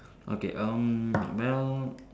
okay um well